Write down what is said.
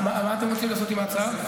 מה אתם רוצים לעשות עם ההצעה?